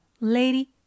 Lady